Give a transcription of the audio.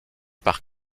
par